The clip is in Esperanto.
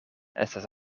estas